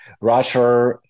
Russia